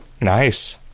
nice